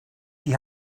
die